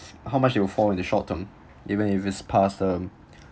how much you'll fall in the short term even if it's past um